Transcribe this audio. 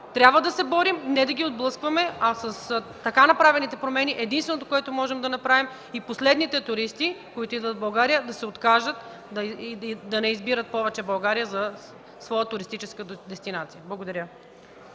трябва да се борим, а не да ги отблъскваме. С така направените промени единственото, което можем да направим, е и последните туристи, които идват в България, да се откажат и да не избират повече България за своя туристическа дестинация.